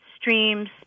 streams